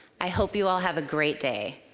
i hope you all have a great day.